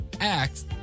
act